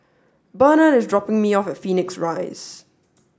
Bernhard is dropping me off at Phoenix Rise